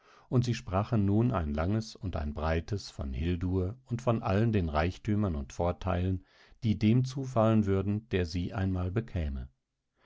und sie sprachen nun ein langes und ein breites von hildur und von allen den reichtümern und vorteilen die dem zufallen würden der sie einmal bekäme